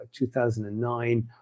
2009